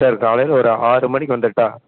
sir காலையில் ஒரு ஆறு மணிக்கு வந்துடட்டா